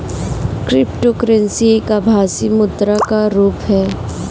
cryptocurrency एक आभासी मुद्रा का रुप है